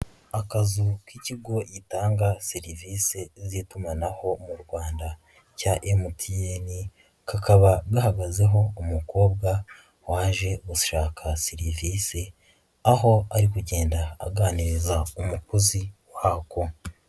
Akazu k'ikigo gitanga serivisi z'itumanaho mu Rwanda cya MTN, kakaba gahagazeho umukobwa waje gushaka serivisi, aho ari kugenda aganiriza umukozi wako.